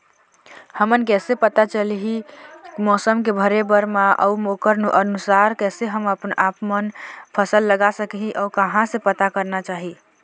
हमन कैसे पता चलही मौसम के भरे बर मा अउ ओकर अनुसार कैसे हम आपमन फसल लगा सकही अउ कहां से पता करना चाही?